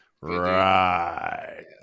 right